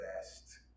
best